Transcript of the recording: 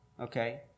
okay